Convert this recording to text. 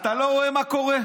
אתה לא רואה מה קורה?